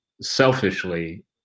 selfishly